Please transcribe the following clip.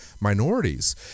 minorities